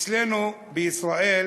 אצלנו בישראל